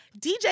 DJ